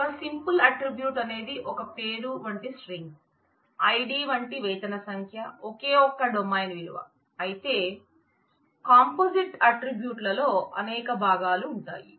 ఒక simple attribute అనేది ఒక పేరు వంటి స్ట్రింగ్ id వంటి వేతన సంఖ్య ఒకే ఒక్క డొమైన్ విలువ అయితే కాంపోజిట్ అట్ట్రిబ్యూట్ లో అనేక భాగాలుంటాయి